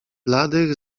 bladych